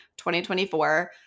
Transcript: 2024